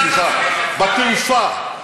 בתעופה,